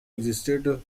existed